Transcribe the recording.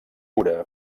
cura